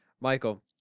Michael